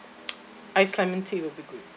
ice lemon tea will be good